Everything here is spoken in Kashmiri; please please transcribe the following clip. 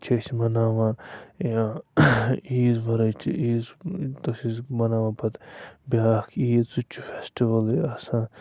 چھِ أسۍ مَناوان یا عیٖذ وَرٲے چھِ عیٖذ مَناوان پَتہٕ بیٛاکھ عیٖد سُہ تہِ چھُ فٮ۪سٹِوَلٕے آسان